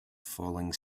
falling